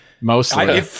Mostly